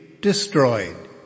destroyed